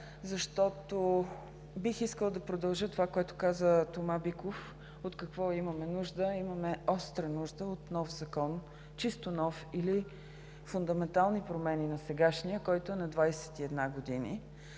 защото бих искала да продължа това, което каза Тома Биков, от какво имаме нужда. Имаме остра нужда от нов закон, чисто нов или от фундаментални промени на сегашния, който е на 21 години